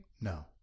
No